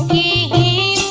e